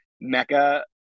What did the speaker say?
mecca